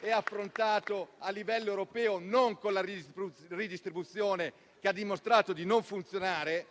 e affrontato a livello europeo, non con la ridistribuzione che ha dimostrato di non funzionare,